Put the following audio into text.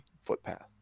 footpath